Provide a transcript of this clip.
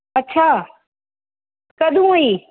अच्छा कदूं होई